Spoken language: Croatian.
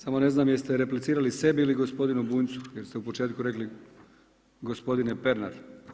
Samo ne znam jeste replicirali sebi ili gospodinu Bunjcu, jer ste u početku rekli gospodine Pernar.